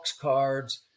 cards